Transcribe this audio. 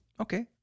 Okay